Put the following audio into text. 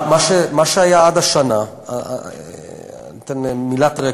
מה שהיה עד השנה, מילת רקע.